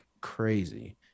crazy